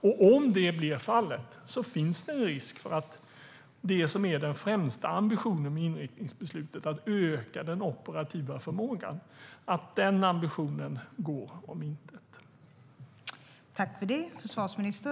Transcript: Om det blir fallet finns en risk för att det som är den främsta ambitionen i inriktningsbeslutet - att öka den operativa förmågan - går om intet.